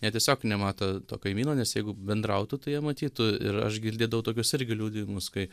jie tiesiog nemato to kaimyno nes jeigu bendrautų tai jie matytų ir aš girdėdavau tokius irgi liudijimus kai